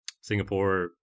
Singapore